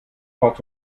port